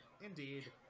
Indeed